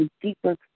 deeper